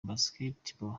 basketball